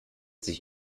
sich